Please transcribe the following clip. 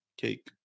cake